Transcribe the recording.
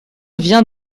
vient